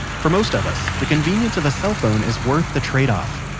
for most of us, the convenience of a cell phone is worth the tradeoff.